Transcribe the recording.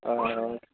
हय